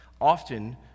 Often